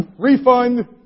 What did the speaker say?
refund